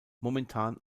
momentan